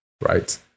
right